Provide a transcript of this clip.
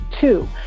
two